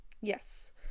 Yes